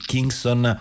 Kingston